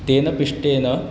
तेन पिष्टेन